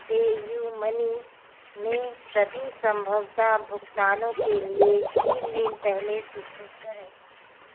PayUmoney में सभी स्वतः भुगतानों के लिए तीन दिन पहले सूचित करें